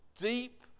deep